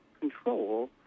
control